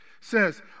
says